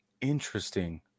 Interesting